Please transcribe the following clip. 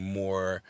more